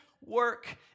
work